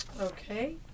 Okay